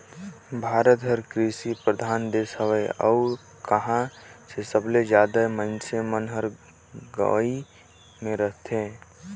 भारत हर कृसि परधान देस हवे अउ इहां के सबले जादा मनइसे मन हर गंवई मे रथें